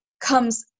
comes